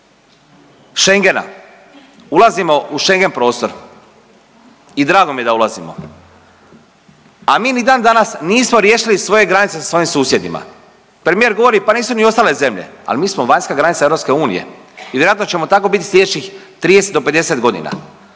Schengena, ulazimo u Schengen prostor i drago mi je da ulazimo, a mi ni dan danas nismo riješili svoje granice sa svojim susjedima. Premijer govori pa nisu ni ostale zemlje, ali mi smo vanjska granica EU i vjerojatno ćemo tako biti slijedećih 30 do 50 godina.